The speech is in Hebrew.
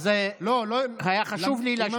לא לא, היה חשוב לי להגיד זאת.